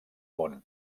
món